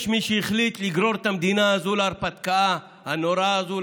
יש מי שהחליט לגרור את המדינה הזאת להרפתקה הנוראה הזאת,